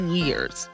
years